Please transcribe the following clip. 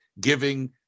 giving